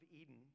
Eden